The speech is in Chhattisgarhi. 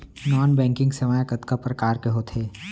नॉन बैंकिंग सेवाएं कतका प्रकार के होथे